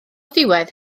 diwedd